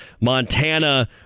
Montana